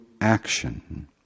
action